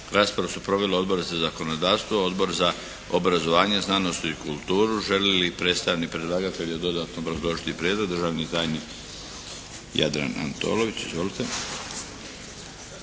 Raspravu su proveli Odbor za zakonodavstvo, Odbor za obrazovanje, znanost i kulturu. Želi li predstavnik predlagatelja dodatno obrazložiti prijedlog? Državni tajnik Jadran Antolović. Izvolite!